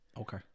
Okay